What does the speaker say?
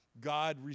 God